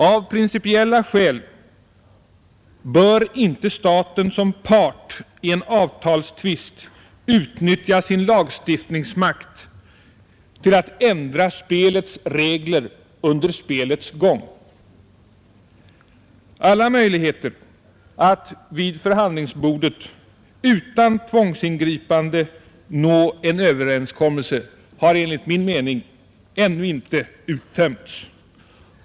Av principiella skäl bör inte staten som part i en avtalstvist utnyttja sin lagstiftningsmakt till att ändra spelets regler under spelets gång. Alla möjligheter att vid förhandlingsbordet utan tvångsingripande nå en överenskommelse har enligt min mening ännu inte uttömts.